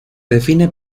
define